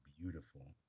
beautiful